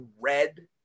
red